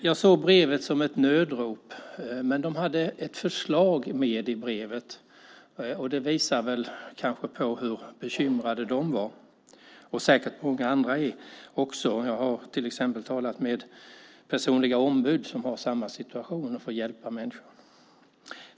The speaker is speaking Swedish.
Jag såg brevet som ett nödrop, men de hade också ett förslag, och det visar kanske på hur bekymrade de och säkert många andra är. Jag har till exempel talat med personliga ombud som har samma situation och får hjälpa människor.